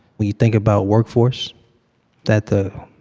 when you think about workforce that the